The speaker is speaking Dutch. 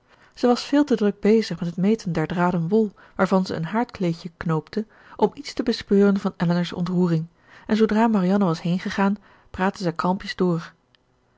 zij was veel te druk bezig met het meten der draden wol waarvan zij een haardkleedje knoopte om iets te bespeuren van elinor's ontroering en zoodra marianne was heengegaan praatte zij kalmpjes door